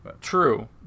True